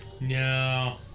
No